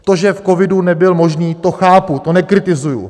To, že v covidu nebyl možný, to chápu, to nekritizuji.